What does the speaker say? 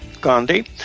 Gandhi